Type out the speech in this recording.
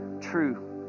true